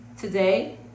today